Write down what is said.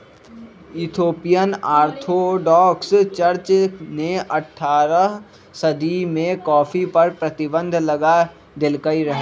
Ethiopian Orthodox church ने अठारह सदी में कॉफ़ी पर प्रतिबन्ध लगा देलकइ रहै